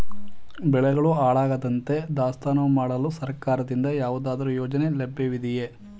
ಬೆಳೆಗಳು ಹಾಳಾಗದಂತೆ ದಾಸ್ತಾನು ಮಾಡಲು ಸರ್ಕಾರದಿಂದ ಯಾವುದಾದರು ಯೋಜನೆ ಲಭ್ಯವಿದೆಯೇ?